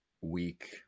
week